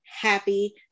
happy